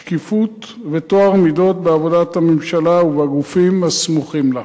שקיפות וטוהר מידות בעבודת הממשלה ובגופים הסמוכים לה.